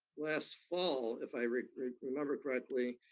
last fall, if i remember correctly,